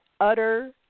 utter